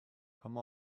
come